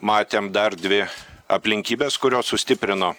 matėm dar dvi aplinkybes kurios sustiprino